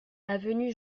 avenue